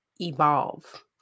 evolve